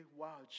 wow